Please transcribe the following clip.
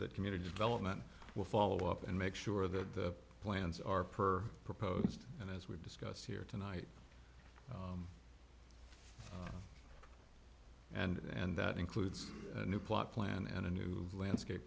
that community development will follow up and make sure that the plans are per proposed and as we've discussed here tonight and that includes new plot plan and a new landscape